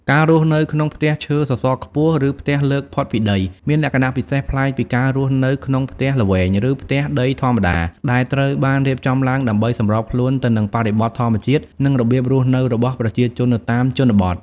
ការរស់នៅក្នុងផ្ទះឈើសសរខ្ពស់ ឬផ្ទះលើកផុតពីដី មានលក្ខណៈពិសេសប្លែកពីការរស់នៅក្នុងផ្ទះល្វែង ឬផ្ទះដីធម្មតា ដែលត្រូវបានរៀបចំឡើងដើម្បីសម្របខ្លួនទៅនឹងបរិបទធម្មជាតិ និងរបៀបរស់នៅរបស់ប្រជាជននៅតាមជនបទ ។